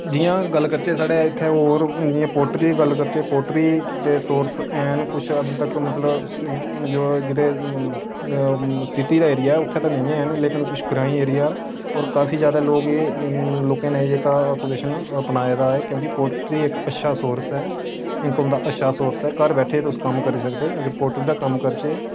जि'यां गल्ल करचै साढ़ै इत्थै और जि'यां पोल्ट्री गल्ल करचै पोल्ट्री दे सोर्स हैन कुछ हद्द तक मतलब जो जेह्ड़े सिटी दा एरिया उत्थै ते नेईं हैन जेह्ड़ा ग्राईं एरिया और काफी जैदा लोक एह् लोके जेह्ड़ा एह् आक्यूपेशन अपनाए दा ऐ ताकि पोल्ट्री इक अच्छा सोर्स ऐ इनकम दा अच्छा सोर्स ऐ घर बैठै दे तुस कम्म करी सकदे अगर पोल्ट्री दा कम्म करचै